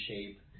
shape